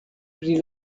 pri